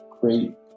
great